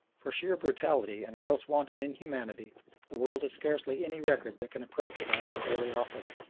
for sheer brutality and gross wanton inhumanity the world has scarcely any record that can approach that of the holy office,